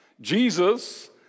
Jesus